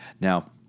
Now